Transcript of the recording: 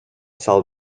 salt